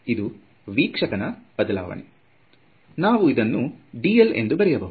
ಇದು ವೀಕ್ಷಕನ ಬದಲಾವಣೆ ಇದನ್ನು ನಾವು dl ಎಂದು ಬರೆಯಬಹುದು